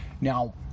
Now